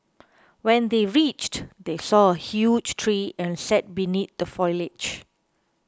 when they reached they saw a huge tree and sat beneath the foliage